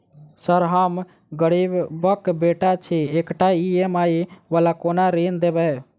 Sir हम गरीबक बेटा छी एकटा ई.एम.आई वला कोनो ऋण देबै?